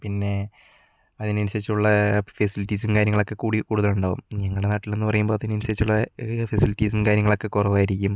പിന്നെ അതിനനുസരിച്ചുള്ള ഫെസിലിറ്റീസും കാര്യങ്ങളൊക്കെക്കൂടി കൂടുതലുണ്ടാകും ഞങ്ങളുടെ നാട്ടിലെന്ന് പറയുമ്പോൾ അതിനനുസരിച്ചുള്ള ഫെസിലിറ്റീസും കാര്യങ്ങളൊക്കെ കുറവായിരിക്കും